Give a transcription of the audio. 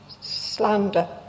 slander